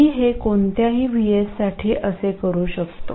मी हे कोणत्याही VS साठी असे करू शकतो